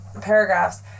paragraphs